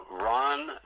Ron